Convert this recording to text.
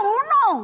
uno